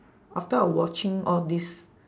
after I watching all these